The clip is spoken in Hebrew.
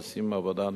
עושים עבודה נפלאה.